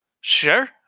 Sure